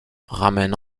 ramène